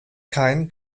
kein